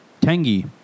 tangy